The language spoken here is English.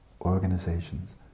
organizations